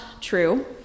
true